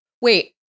Wait